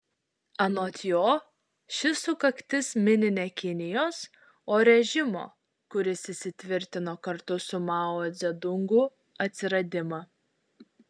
anot jo ši sukaktis mini ne kinijos o režimo kuris įsitvirtino kartu su mao dzedungu atsiradimą